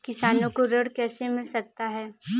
किसानों को ऋण कैसे मिल सकता है?